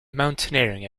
mountaineering